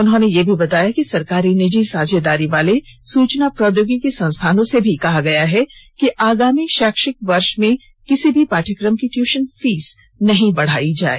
उन्होंने बताया कि सरकारी निजी साझेदारी वाले सूचना प्रौद्योगिकी संस्थानों से भी कहा गया है कि आगामी शैक्षिक वर्ष में किसी भी पाठ्यक्रम की ट्युशन फीस नहीं बढाई जाए